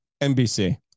NBC